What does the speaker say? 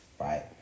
right